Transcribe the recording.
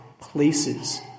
places